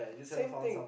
same thing